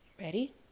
ready